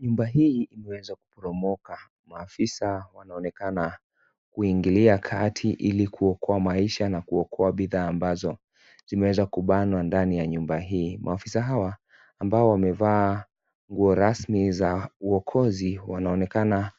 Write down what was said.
Nyumba hii imeweza kuporomoka. Maafisa wanaonekana kuingilia Kati ili kuokoa maisha na kuokoa bidhaa ambazo zimewezwa kubanwa ndani ya nyumba hii. Maafisa hawa ambao wamevaa nguo rasmi za uokosi wanaonekana